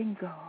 go